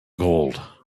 gold